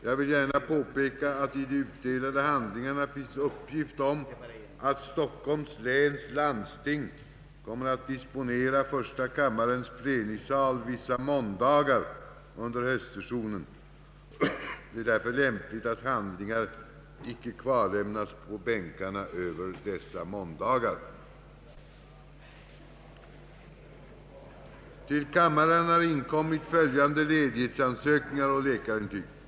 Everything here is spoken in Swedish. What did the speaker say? Jag vill gärna påpeka att i de utdelade handlingarna finns uppgift om att Stockholms läns landsting kommer att disponera första kammarens plenisal vissa måndagar under höstsessionen. Det är lämpligt att handlingar icke kvarlämnas på bänkarna över dessa måndagar. Preliminärt beräknas en sjukskrivningstid på minst två veckor. Härmed hemställer jag om ledighet från rikdagens arbete under tiden den 16—den 24 oktober för att såsom Med hänvisning till bifogade läkarintyg får undertecknad vördsamt anhålla om ledighet från riksdagsarbetet under den tid som läkarintyget avser.